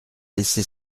laissé